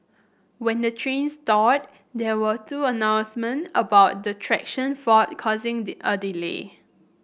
when the train stalled there were two announcement about the traction fault causing a delay